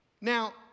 Now